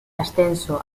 ascenso